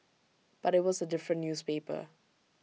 but IT was A different newspaper